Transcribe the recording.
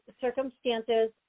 circumstances